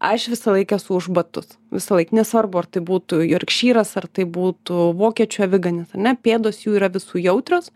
aš visą laiką esu už batus visąlaik nesvarbu ar tai būtų jorkšyras ar tai būtų vokiečių aviganis ane pėdos jų yra visų jautrios